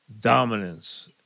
dominance